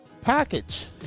package